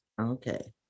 Okay